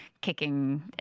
kicking